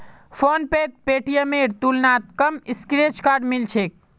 फोनपेत पेटीएमेर तुलनात कम स्क्रैच कार्ड मिल छेक